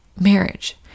marriage